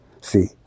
See